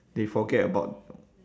they forget about